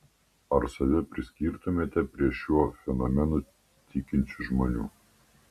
ar save priskirtumėte prie šiuo fenomenu tikinčių žmonių